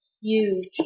huge